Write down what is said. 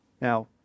Now